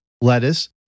lettuce